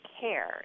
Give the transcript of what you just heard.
care